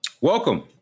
Welcome